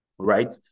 right